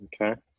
Okay